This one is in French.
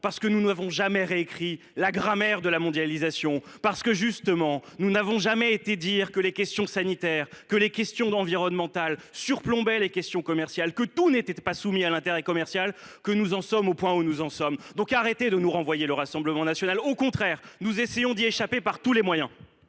parce que nous n’avons jamais réécrit la grammaire de la mondialisation, parce que nous n’avons jamais dit que les questions sanitaires et environnementales prévalaient sur les questions commerciales, que tout n’était pas soumis à l’intérêt commercial, que nous en sommes au point où nous en sommes. Arrêtez de nous renvoyer au Rassemblement national, auquel nous essayons d’échapper par tous les moyens